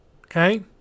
Okay